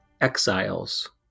Exiles